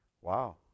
Wow